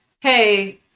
hey